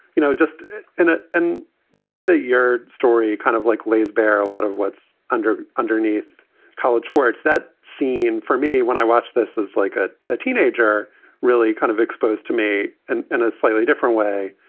you know, just in ah and the way the story kind of like lays bare a lot of what's under underneath college, where it's that scene for me when i watch this is like ah a teenager really kind of exposed to me and in a slightly different way.